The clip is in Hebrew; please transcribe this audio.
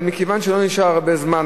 אבל מכיוון שלא נשאר לי הרבה זמן,